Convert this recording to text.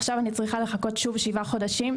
עכשיו אני צריכה לחכות שוב כשבעה חודשים,